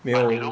yo